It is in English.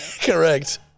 Correct